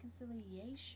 reconciliation